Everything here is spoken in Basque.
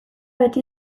beti